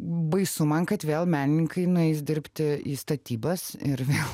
baisu man kad vėl menininkai nueis dirbti į statybas ir vėl